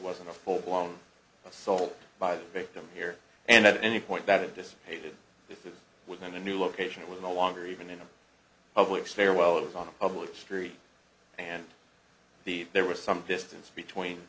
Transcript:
wasn't a full blown assault by the victim here and at any point that it dissipated within the new location with no longer even a public farewell it was on a public street and the there was some distance between